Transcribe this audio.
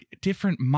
different